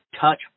touch